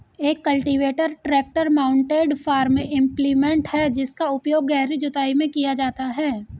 एक cultivator tractor mounted farm implement है जिसका उपयोग गहरी जुताई में किया जाता है